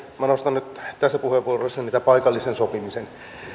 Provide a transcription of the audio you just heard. minä nostan nyt tässä puheenvuorossa tämän paikallisen sopimisen